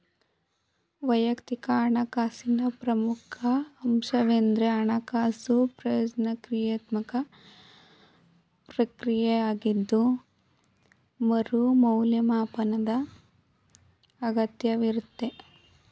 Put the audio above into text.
ವೈಯಕ್ತಿಕ ಹಣಕಾಸಿನ ಪ್ರಮುಖ ಅಂಶವೆಂದ್ರೆ ಹಣಕಾಸು ಯೋಜ್ನೆ ಕ್ರಿಯಾತ್ಮಕ ಪ್ರಕ್ರಿಯೆಯಾಗಿದ್ದು ಮರು ಮೌಲ್ಯಮಾಪನದ ಅಗತ್ಯವಿರುತ್ತೆ